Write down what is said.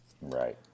Right